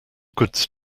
goods